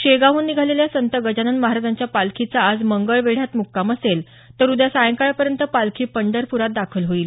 शेगावहून निघालेल्या संत गजानन महाराजांच्या पालखीचा आज मंगळवेढ्यात मुक्काम असेल तर उद्या सायंकाळपर्यंत पालखी पंढरपुरात दाखल होईल